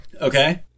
Okay